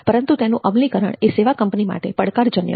પરંતુ તેનું અમલીકરણ એ સેવા કંપની માટે પડકારજનક છે